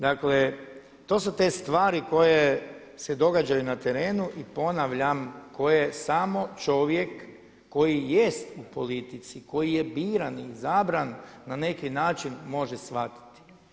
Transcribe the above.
Dakle to su te stvari koje se događaju na terenu i ponavljam koje samo čovjek koji jest u politici, koji je biran i izabran na neki način može shvatiti.